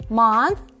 month